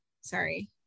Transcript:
sorry